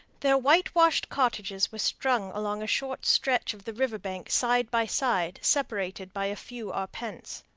their whitewashed cottages were strung along a short stretch of the river bank side by side, separated by a few arpents.